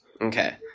Okay